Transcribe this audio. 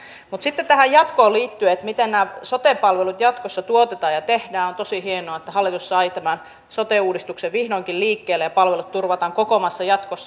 mutta sitten tähän jatkoon liittyen miten nämä sote palvelut jatkossa tuotetaan ja tehdään on tosi hienoa että hallitus sai tämän sote uudistuksen vihdoinkin liikkeelle ja palvelut turvataan koko maassa jatkossa